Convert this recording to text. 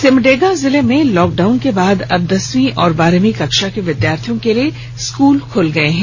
सिमडेगा जिले में लॉकडाउन के बाद अब दसवीं व बारहवीं कक्षा के विधार्थियों के लिए स्कूल खुल गए हैं